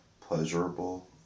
pleasurable